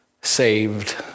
saved